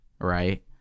Right